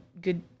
Good